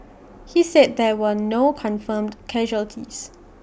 he said there were no confirmed casualties